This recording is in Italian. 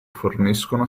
forniscono